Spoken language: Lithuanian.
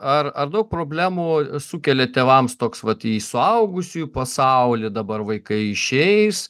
ar ar daug problemų sukelia tėvams toks vat į suaugusiųjų pasaulį dabar vaikai išeis